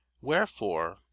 Wherefore